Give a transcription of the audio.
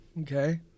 Okay